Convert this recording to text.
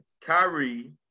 Kyrie